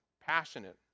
Passionate